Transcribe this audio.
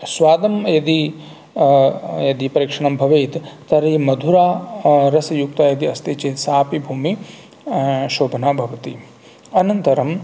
स्वादं यदि यदि परीक्षणं भवेत् तर्हि मधुरा रसयुक्ता इति अस्ति चेत् सापि भूमिः शोभना भवति अनन्तरं